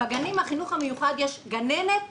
בגנים של החינוך המיוחד יש גננת וסייעת.